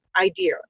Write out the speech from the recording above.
idea